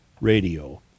Radio